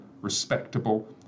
respectable